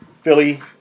Philly